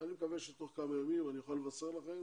ואני מקווה שתוך כמה ימים אני אוכל לבשר לכם